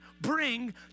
bring